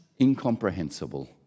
incomprehensible